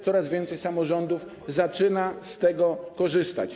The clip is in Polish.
Coraz więcej samorządów zaczyna z tego korzystać.